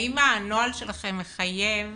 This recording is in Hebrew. האם הנוהל שלכם מחייב